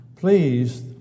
please